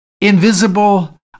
invisible